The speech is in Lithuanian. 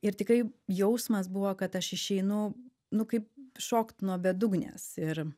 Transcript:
ir tikrai jausmas buvo kad aš išeinu nu kaip šokt nuo bedugnės ir